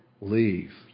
leave